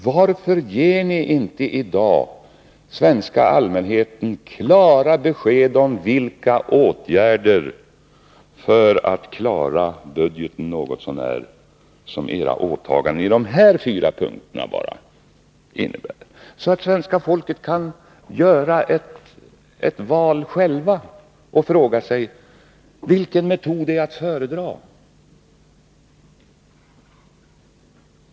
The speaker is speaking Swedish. Varför ger ni inte i dag den svenska allmänheten klara besked om vilka åtgärder för att klara budgeten något så när som era åtaganden — i dessa fyra punkter bara — innebär, så att svenska folket kan göra ett val själva och fråga sig vilken metod som är att föredra?